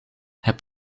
heb